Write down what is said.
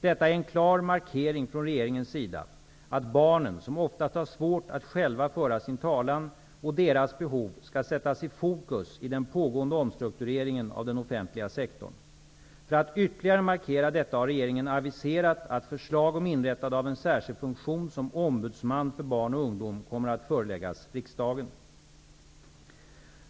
Detta är en klar markering från regeringens sida att barnen, som oftast har svårt att själva föra sin talan, och deras behov skall sättas i fokus i den pågående omstruktureringen av den offentliga sektorn. För att ytterligare markera detta har regeringen aviserat att förslag om inrättande av en särskild funktion som ombudsman för barn och ungdom kommer att föreläggas riksdagen.